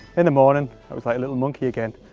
in the morning it was like a little monkey again.